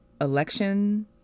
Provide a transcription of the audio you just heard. election